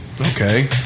Okay